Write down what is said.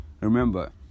Remember